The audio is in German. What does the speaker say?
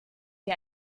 wie